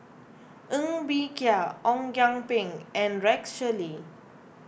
Ng Bee Kia Ong Kian Peng and Rex Shelley